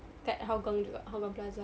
kat hougang juga hougang plaza